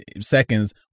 seconds